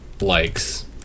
likes